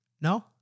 No